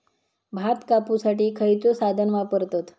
भात कापुसाठी खैयचो साधन वापरतत?